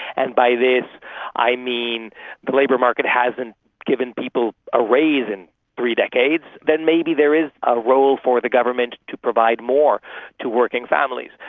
and by this i mean the labour market hasn't given people a raise in three decades, then maybe there is a role for the government to provide more to working families.